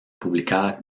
publicada